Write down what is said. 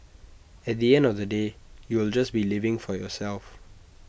at the end of the day you'll just be living for yourself